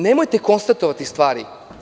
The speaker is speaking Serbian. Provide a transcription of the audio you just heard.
Nemojte konstatovati stvari.